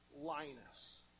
Linus